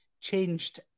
changed